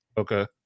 okay